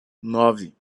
nove